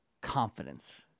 confidence